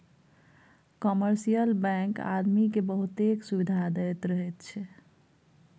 commercial bank आदमी केँ बहुतेक सुविधा दैत रहैत छै